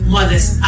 Mother's